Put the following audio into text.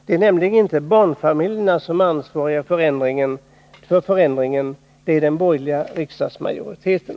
Det är nämligen inte barnfamiljerna som är ansvariga för förändringen — det är den borgerliga riksdagsmajoriteten.